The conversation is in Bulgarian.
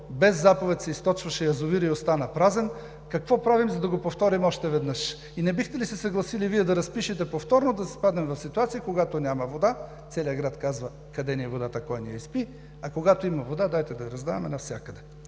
без заповед се източваше язовирът и остана празен, какво правим, за да го повторим още веднъж? И не бихте ли се съгласили Вие да разпишете повторно да изпаднем в ситуация: когато няма вода, целият град казва: „Къде ни е водата, кой ни я изпи?“, а когато има вода – дайте да я раздаваме?